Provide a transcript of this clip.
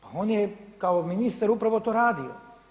Pa on je kao ministar upravo to radio.